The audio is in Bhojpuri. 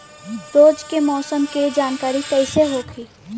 रोज के मौसम के जानकारी कइसे होखि?